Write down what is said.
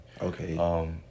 Okay